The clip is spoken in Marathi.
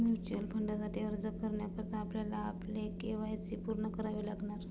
म्युच्युअल फंडासाठी अर्ज करण्याकरता आपल्याला आपले के.वाय.सी पूर्ण करावे लागणार